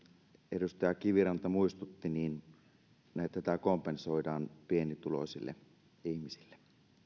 edustaja kiviranta muistutti tätä kompensoidaan pienituloisille ihmisille